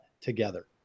together